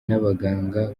n’abaganga